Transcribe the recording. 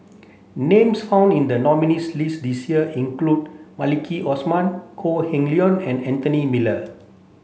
names found in the nominees' list this year include Maliki Osman Kok Heng Leun and Anthony Miller